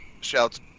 shouts